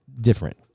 different